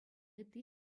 ытти